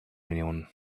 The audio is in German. millionen